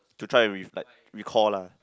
to try and with like recall lah